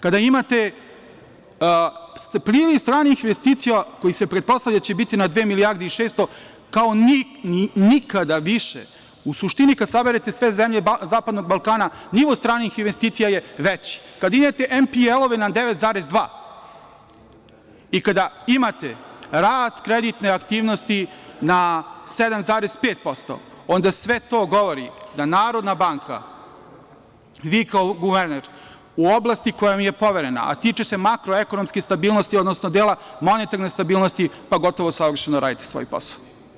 Kada imate priliv stranih investicija koji se pretpostavlja da će biti na dve milijarde i 600, kao nikada više, u suštini, kada saberete sve zemlje zapadnog Balkana, nivo stranih investicija je veći, kad imate MPL-ove na 9,2 i kada imate rast kreditne aktivnosti na 7,5%, onda sve to govori da Narodna banka, vi kao guverner, u oblasti koja vam je poverena, a tiče se makroekonomske stabilnosti, odnosno dela monetarne stabilnosti, pa gotovo savršeno radite svoj posao.